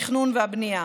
התכנון והבנייה,